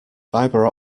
fibre